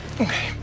Okay